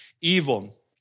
evil